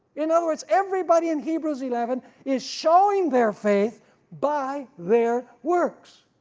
in other words everybody in hebrews eleven is showing their faith by their works.